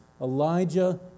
Elijah